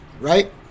right